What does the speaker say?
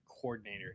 coordinator